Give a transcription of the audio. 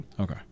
Okay